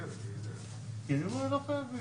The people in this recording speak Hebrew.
אין מחלוקת.